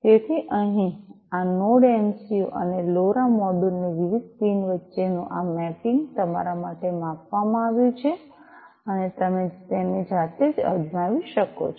તેથી અહીં આ નોડ એમસિયું અને લોરા મોડ્યુલ ની વિવિધ પિન વચ્ચેનું આ મેપિંગ તમારા માટે આપવામાં આવ્યું છે તમે તેને જાતે અજમાવી શકો છો